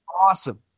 awesome